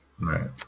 Right